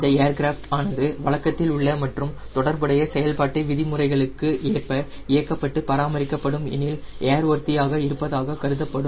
இந்த ஏர்கிராஃப்ட் ஆனது வழக்கத்தில் உள்ள மற்றும் தொடர்புடைய செயல்பாட்டு வரைமுறைகள் ஏற்ப இயக்கப்பட்டு பராமரிக்கப்படும் எனில் ஏர்வொர்தியாக இருப்பதாக கருதப்படும்